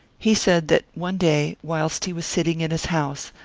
he said that one day, whilst he was sitting in his house,